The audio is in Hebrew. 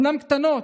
אומנם קטנות,